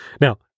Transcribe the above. Now